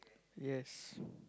yes